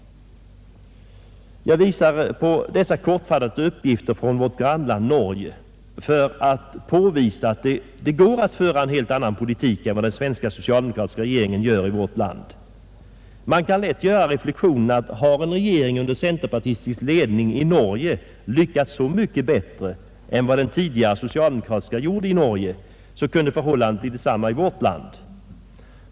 Jag visar på dessa kortfattade uppgifter från vårt grannland Norge för att påvisa att det går att föra en helt annan politik än vad den svenska socialdemokratiska regeringen gör i vårt land. Man kan lätt göra reflexionen att har en regering under centerpartistisk ledning i Norge lyckats så mycket bättre än vad den tidigare socialdemokratiska regeringen gjorde, så kunde förhållandet bli detsamma i vårt land.